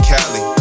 Cali